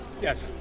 Yes